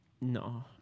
No